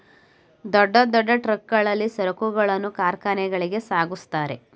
ದೊಡ್ಡ ದೊಡ್ಡ ಟ್ರಕ್ ಗಳಲ್ಲಿ ಸರಕುಗಳನ್ನು ಕಾರ್ಖಾನೆಗಳಿಗೆ ಸಾಗಿಸುತ್ತಾರೆ